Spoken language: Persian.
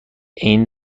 عین